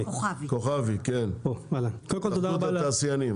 התאחדות התעשיינים.